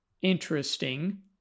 interesting